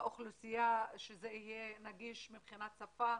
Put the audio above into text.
האוכלוסייה, שזה יהיה נגיש מבחינת שפה,